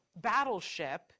Battleship